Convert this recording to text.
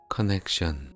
Connection